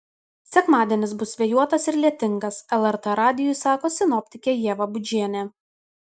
sekmadienis bus vėjuotas ir lietingas lrt radijui sako sinoptikė ieva budžienė